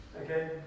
Okay